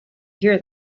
hear